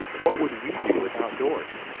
what would we do without doors?